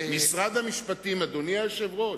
משרד המשפטים, אדוני היושב-ראש,